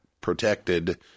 protected